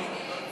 כן.